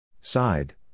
Side